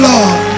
Lord